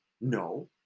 No